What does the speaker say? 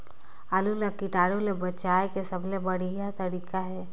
आलू ला कीटाणु ले बचाय के सबले बढ़िया तारीक हे?